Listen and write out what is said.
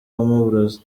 uburozi